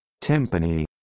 Timpani